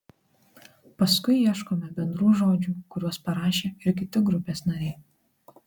paskui ieškome bendrų žodžių kuriuos parašė ir kiti grupės nariai